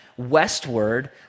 westward